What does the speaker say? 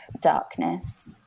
darkness